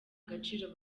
gaciro